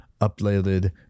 uploaded